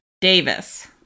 Davis